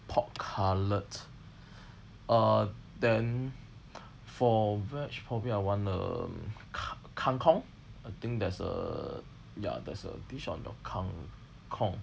pork cutlet uh then for vege probably I want um ka~ kangkong I think that's a ya that's a dish on your kangkong